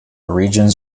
regions